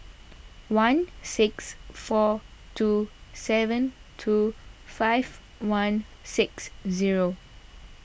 one six four two seven two five one six zero